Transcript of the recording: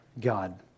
God